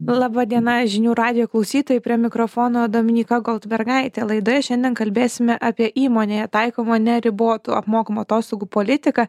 laba diena žinių radijo klausytojai prie mikrofono dominyka goldbergaitė laidoje šiandien kalbėsime apie įmonėje taikomą neribotų apmokamų atostogų politiką